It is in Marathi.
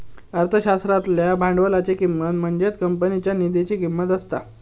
अर्थशास्त्रातल्या भांडवलाची किंमत म्हणजेच कंपनीच्या निधीची किंमत असता